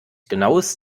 genaues